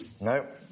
No